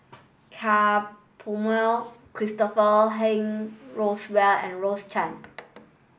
Ka Perumal Christopher Henry Rothwell and Rose Chan